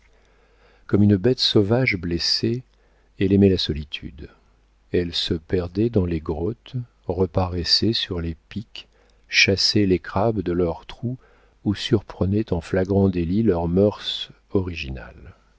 comme une bête sauvage blessée elle aimait la solitude elle se perdait dans les grottes reparaissait sur les pics chassait les crabes de leurs trous ou surprenait en flagrant délit leurs mœurs originales